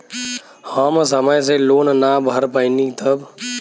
हम समय से लोन ना भर पईनी तब?